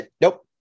Nope